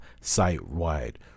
site-wide